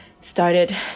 started